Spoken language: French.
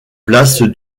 place